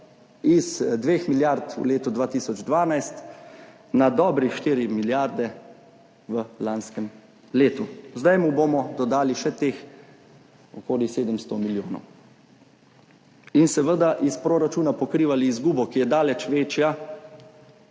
iz 2 milijard v letu 2012 na dobrih 4 milijarde v lanskem letu. Zdaj mu bomo dodali še teh okoli 700 milijonov in seveda iz proračuna pokrivali izgubo, ki je daleč večja,